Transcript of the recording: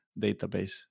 database